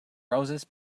roses